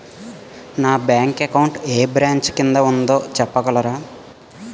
నా bank account ఏ branch కిందా ఉందో చెప్పగలరా?